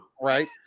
Right